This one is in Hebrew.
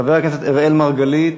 חבר הכנסת אראל מרגלית,